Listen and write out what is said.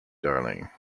darling